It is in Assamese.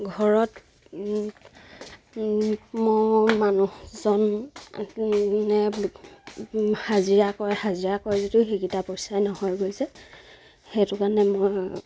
ঘৰত মোৰ মানুহজন নে হাজিৰা কৰে হাজিৰা কৰে যদিও সেইকিটা পইচাই নহয়গৈ যে সেইটো কাৰণে মই